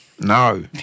no